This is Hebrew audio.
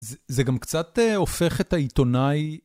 זה גם קצת הופך את העיתונאי.